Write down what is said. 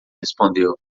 respondeu